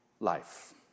life